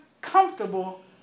comfortable